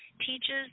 teaches